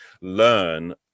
learn